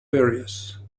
various